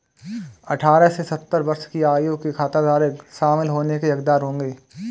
अठारह से सत्तर वर्ष की आयु के खाताधारक शामिल होने के हकदार होंगे